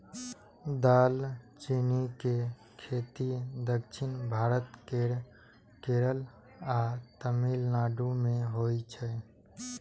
दालचीनी के खेती दक्षिण भारत केर केरल आ तमिलनाडु मे होइ छै